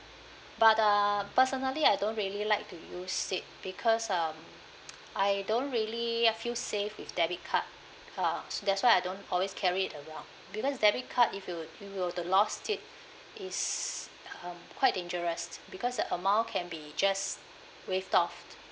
but uh personally I don't really like to use it because um I don't really uh feel safe with debit card ah that's why I don't always carry it around because debit card if you if you were to lost it is um quite dangerous because the amount can be just waived off